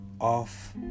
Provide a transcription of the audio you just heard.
off